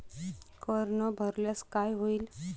कर न भरल्यास काय होईल?